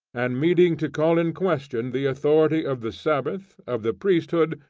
and meeting to call in question the authority of the sabbath, of the priesthood,